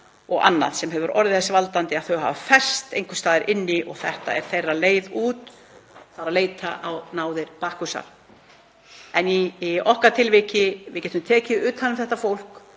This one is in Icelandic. og annað sem hefur orðið þess valdandi að þeir hafa fests einhvers staðar inni og það er þeirra leið út að leita á náðir Bakkusar. Í okkar tilviki þá getum við tekið utan um þetta fólk,